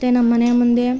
ಮತ್ತು ನಮ್ಮಮನೆ ಮುಂದೆ